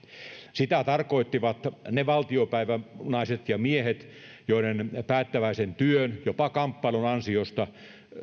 sitä tarkoittivat ne valtiopäivänaiset ja miehet joiden päättäväisen työn jopa kamppailun ansiosta